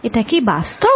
এটা কি বাস্তব